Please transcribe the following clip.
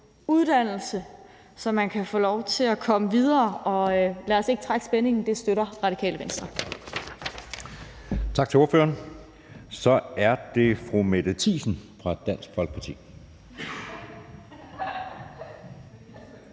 uddannelse, så man kan få lov til at komme videre. Og lad os ikke trække spændingen. Det støtter Radikale Venstre. Kl. 15:15 Anden næstformand (Jeppe Søe): Tak til ordføreren. Så er det fru Mette Thiesen fra Dansk Folkeparti.